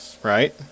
Right